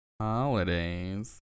Holidays